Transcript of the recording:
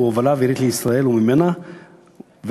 הובלה אווירית לישראל או ממנה והכבילות".